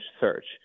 search